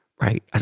right